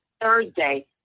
Thursday